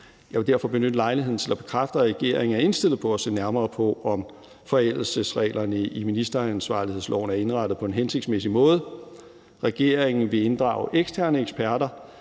Jeg vil derfor benytte lejligheden til at bekræfte, at regeringen er indstillet på at se nærmere på, om forældelsesreglerne i ministeransvarlighedsloven er indrettet på en hensigtsmæssig måde. Regeringen vil inddrage eksterne eksperter,